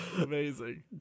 amazing